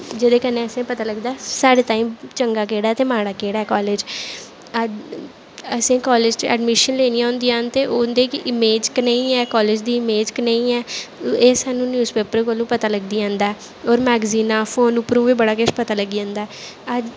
जेह्दे कन्नै असें ई पता लगदा ऐ कि साढ़े ताहीं चंगा केह्ड़ा ऐ ते माड़ा केह्ड़ा ऐ कॉलेज असें कॉलेज च एडमिशन लैनियां होंदियां न ते उं'दी इमेज कनेही ऐ कॉलेज दी इमेज कनेही ऐ एह् सानूं न्यूज़ पेपर कोला पता लग्गी जंदा होर मैगजीनां फोन उप्पर बी बड़ा किश पता लग्गी जंदा